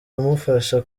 bimufasha